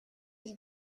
ils